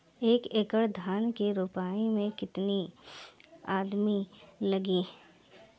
एक एकड़ धान के रोपनी मै कितनी आदमी लगीह?